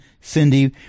Cindy